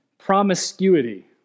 promiscuity